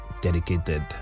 dedicated